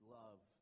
love